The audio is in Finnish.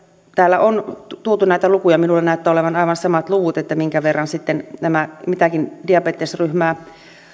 täällä on tuotu näitä lukuja minulla näyttää olevan aivan samat luvut minkä verran nämä mitäkin diabetesryhmää